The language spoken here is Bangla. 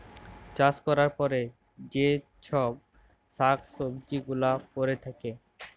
চাষ ক্যরার পরে যে চ্ছব শাক সবজি গুলা পরে থাক্যে